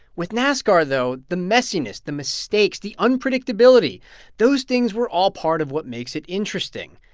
with nascar, though, the messiness, the mistakes, the unpredictability those things were all part of what makes it interesting.